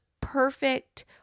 perfect